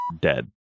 dead